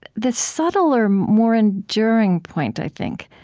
the subtler, more enduring point, i think,